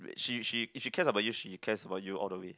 she she if she cares about you she cares about you all the way